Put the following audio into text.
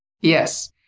Yes